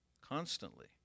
constantly